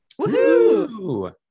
Woohoo